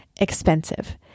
expensive